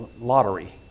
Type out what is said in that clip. lottery